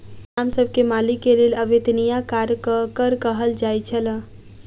गुलाम सब के मालिक के लेल अवेत्निया कार्यक कर कहल जाइ छल